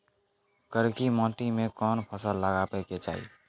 करकी माटी मे कोन फ़सल लगाबै के चाही?